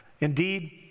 Indeed